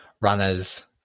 runners –